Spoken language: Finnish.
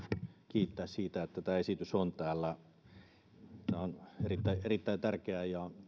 kiittää siitä että tämä esitys on täällä tämä on erittäin erittäin tärkeä ja